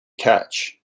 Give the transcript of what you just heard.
catch